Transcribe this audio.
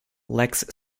lex